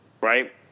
right